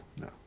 no